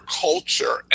culture